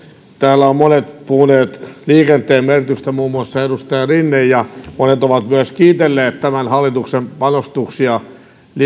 täällä ovat monet puhuneet liikenteen merkityksestä muun muassa edustaja rinne ja monet ovat myös kiitelleet tämän hallituksen panostuksia